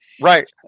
Right